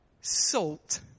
Salt